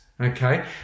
Okay